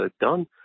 done